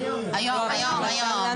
היום בשעה 13:00,